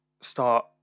start